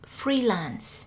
freelance